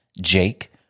Jake